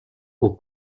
aux